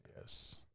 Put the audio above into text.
Yes